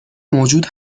موجود